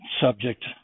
subject